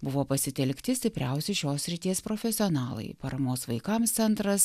buvo pasitelkti stipriausi šios srities profesionalai paramos vaikams centras